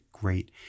Great